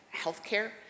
healthcare